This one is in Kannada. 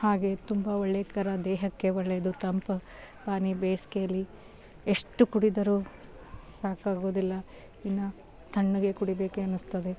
ಹಾಗೆ ತುಂಬ ಒಳ್ಳೆಕರ ದೇಹಕ್ಕೆ ಒಳ್ಳೆಯದು ತಂಪು ಬೇಸಿಗೆಲಿ ಎಷ್ಟು ಕುಡಿದರೂ ಸಾಕಾಗೋದಿಲ್ಲ ಇನ್ನೂ ತಣ್ಣಗೆ ಕುಡಿಬೇಕು ಎನಿಸ್ತದೆ